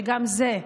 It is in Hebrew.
שגם זה,